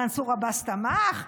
מנסור עבאס תמך,